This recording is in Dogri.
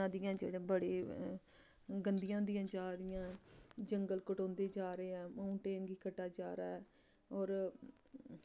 नदियां जेह्ड़े बड़े गंदियां होंदियां जा दियां जंगल कटोंदे जा दे ऐ माऊंटेन गी कट्टा जा दा ऐ होर